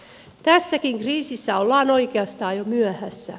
tässäkin kriisissä ollaan oikeastaan jo myöhässä